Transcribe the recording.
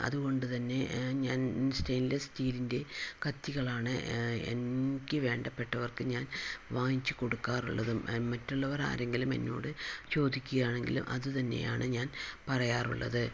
അതുകൊണ്ട് തന്നെ ഞാൻ സ്റ്റൈൻലെസ്സ് സ്റ്റീലിൻ്റെ കത്തികളാണ് എനിക്ക് വേണ്ടപ്പെട്ടവർക്ക് ഞാൻ വാങ്ങിച്ചു കൊടുക്കാറുള്ളതും മറ്റുള്ളവർ ആരെങ്കിലും എന്നോട് ചോദിക്കുകയാണെങ്കിലും അത് തന്നെയാണ് ഞാൻ പറയാറുള്ളത്